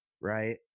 right